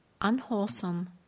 unwholesome